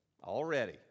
already